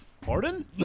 Pardon